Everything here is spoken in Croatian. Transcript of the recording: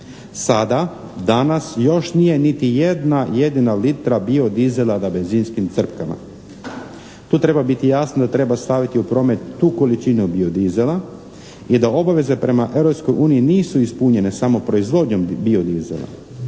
Sada, danas još nije niti jedna jedina litra bio dizela na benzinskim crpkama. Tu treba biti jasno da treba staviti u promet tu količinu bio dizela, i da obaveze prema Europskoj uniji nisu ispunjene samo proizvodnjom bio dizela.